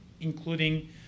including